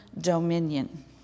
dominion